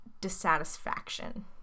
dissatisfaction